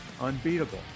unbeatable